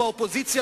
לאופוזיציה,